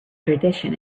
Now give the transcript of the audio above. tradition